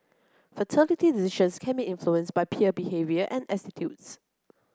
fertility decisions can be influenced by peer behaviour and attitudes